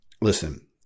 listen